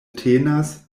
tenas